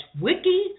wiki